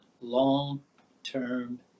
long-term